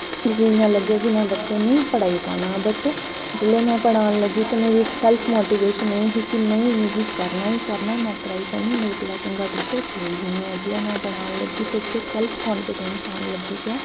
मिगी इ'यां लग्गेआ कि में बच्चें गी नेईं पढ़ाई पाना बट जिसलै में पढ़ान लगी ते मेरी इक सैल्फ मोटिवेशन एह् ही कि नेईं मिगी करना ही करना ऐ में कराई सकनी मेरे कोला चंगा टीचर कोई बी निं ऐ जिल्लै में पढ़ान लग्गी ते इक सैल्फ कांफिडैंस आन लग्गी पेआ